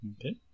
Okay